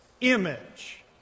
image